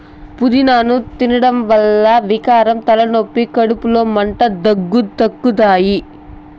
పూదినను తినడం వల్ల వికారం, తలనొప్పి, కడుపులో మంట, దగ్గు తగ్గుతాయి